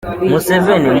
museveni